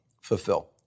fulfill